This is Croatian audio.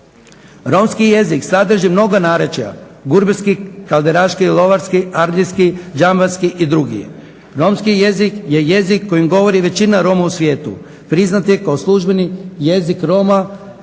Romski jezik sadrži mnoga narječja gurbeski, kalderaški, lovarski, abdijski, džambarski i drugi. Romski jezik je jezik kojim govori većina Roma u svijetu, priznat je kao službeni jezik Roma